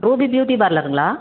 Ruby beauty பார்லருங்களா